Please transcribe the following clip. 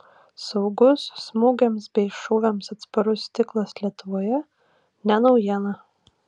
saugus smūgiams bei šūviams atsparus stiklas lietuvoje ne naujiena